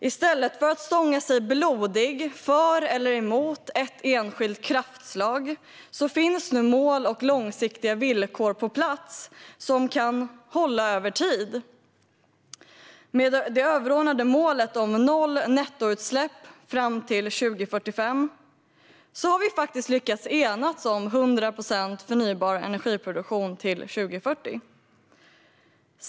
I stället för att stånga sig blodig för eller emot ett enskilt kraftslag finns nu mål och långsiktiga villkor på plats som kan hålla över tid. Med det överordnade målet om noll nettoutsläpp fram till 2045 har vi faktiskt lyckats enas om 100 procent förnybar energiproduktion till 2040.